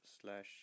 slash